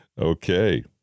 Okay